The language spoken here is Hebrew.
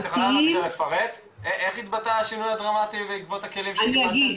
את יכולה לפרט איך התבטא השינוי הדרמטי בעקבות הכלים שקיבלתם?